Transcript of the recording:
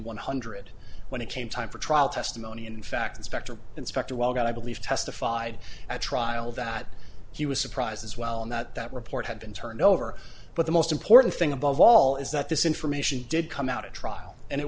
one hundred when it came time for trial testimony and in fact inspector inspector while i believe testified at trial that he was surprised as well and that that report had been turned over but the most important thing above all is that this information did come out at trial and it